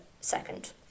second